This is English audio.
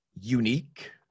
unique